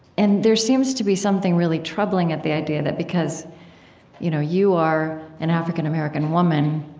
and there seems to be something really troubling at the idea that because you know you are an african-american woman,